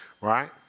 right